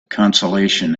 consolation